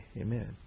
Amen